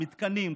במתקנים,